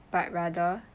but rather